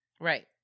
Right